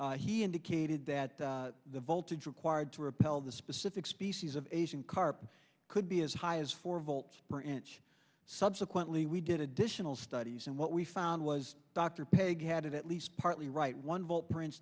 he indicated that the voltage required to repel the specific species of asian carp could be as high as four volts branch subsequently we did additional studies and what we found was dr pigg had at least partly right one vote prince